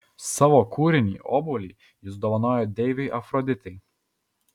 savo kūrinį obuolį jis dovanojo deivei afroditei